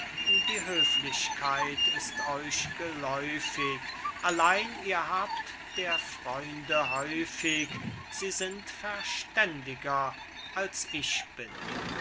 die höflichkeit ist euch geläufig allein ihr habt der freunde häufig sie sind verständiger als ich bin